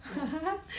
ya